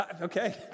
okay